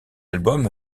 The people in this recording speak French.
album